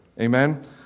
Amen